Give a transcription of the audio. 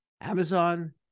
Amazon